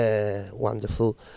wonderful